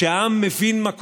כשהעם מבין מה קורה,